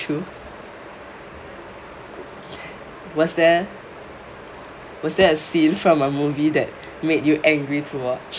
true was there was there a scene from a movie that made you angry to watch